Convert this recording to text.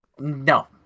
No